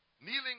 kneeling